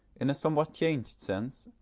in a somewhat changed sense,